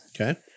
okay